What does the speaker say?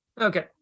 Okay